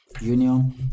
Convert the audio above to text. union